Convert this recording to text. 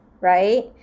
right